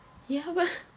well